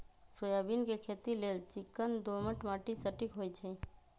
soybean के खेती लेल चिक्कन दोमट माटि सटिक होइ छइ